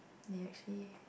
we actually